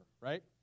right